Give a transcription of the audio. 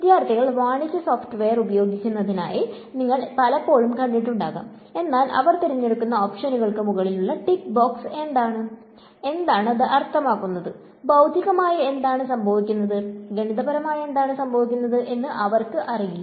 വിദ്യാർത്ഥികൾ വാണിജ്യ സോഫ്റ്റ്വെയർ ഉപയോഗിക്കുന്നതായി നിങ്ങൾ പലപ്പോഴും കണ്ടിട്ടുണ്ടാകും എന്നാൽ അവർ തിരഞ്ഞെടുക്കുന്ന ഓപ്ഷനുകൾക്ക് മുകളിലുള്ള ടിക്ക് ബോക്സ് എന്താണ് എന്താണ് അർത്ഥമാക്കുന്നത് ബൌധികമായി എന്താണ് സംഭവിക്കുന്നത് ഗണിതപരമായി എന്താണ് സംഭവിക്കുന്നത് എന്ന് അവർക്കറിയില്ല